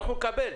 נקבל,